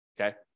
okay